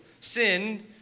Sin